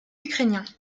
ukrainiens